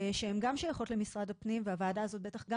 שהן גם שייכות למשרד הפנים והוועדה הזאת בטח גם